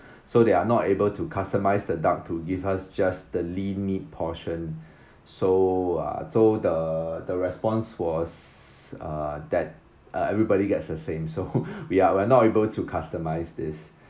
so they are not able to customise the duck to give us just the lean meat portion so uh so the the response was uh that uh everybody gets the same so we are we are not able to customise this